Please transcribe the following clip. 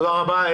תודה רבה.